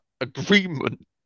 agreement